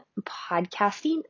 podcasting